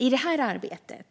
I detta arbete